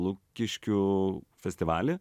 lukiškių festivaly